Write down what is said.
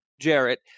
Jarrett